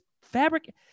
fabric